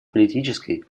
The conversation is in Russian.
политической